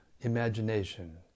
imagination